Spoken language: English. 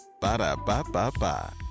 Ba-da-ba-ba-ba